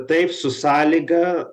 taip su sąlyga